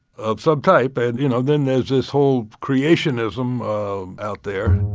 of some type and you know, then there's this whole creationism out there